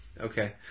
Okay